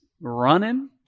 running